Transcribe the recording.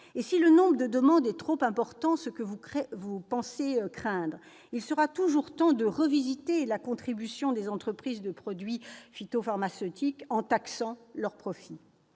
Et si le nombre de demandes est trop important, comme vous semblez le craindre, madame la ministre, il sera toujours temps de revoir la contribution des entreprises de produits phytopharmaceutiques en taxant leurs profits.